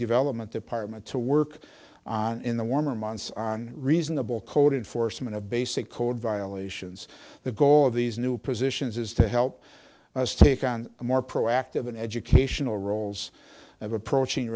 development department to work on in the warmer months on reasonable coded foresman of basic code violations the goal of these new positions is to help us take on a more proactive and educational roles of approaching